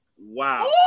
Wow